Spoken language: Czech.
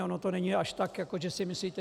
Ono to není až tak, že si myslíte...